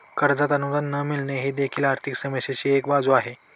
कर्जात अनुदान न मिळणे ही देखील आर्थिक समस्येची एक बाजू आहे